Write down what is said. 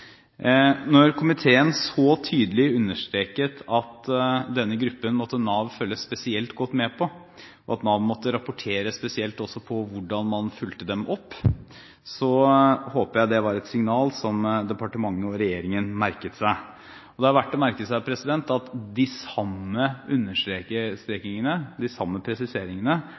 Når komiteen så tydelig understreket at denne gruppen måtte Nav følge spesielt godt med på, og at Nav også måtte rapportere spesielt på hvordan man fulgte dem opp, håpet jeg det var et signal som departementet og regjeringen merket seg. Det er verdt å merke seg at de samme understrekingene, de samme presiseringene